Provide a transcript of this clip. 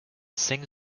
sing